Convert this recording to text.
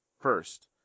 first